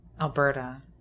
Alberta